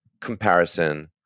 comparison